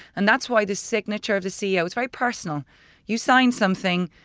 and that's why this signature of the ceo is very personal you sign something,